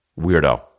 weirdo